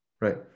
right